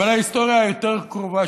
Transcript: ועל ההיסטוריה היותר-קרובה,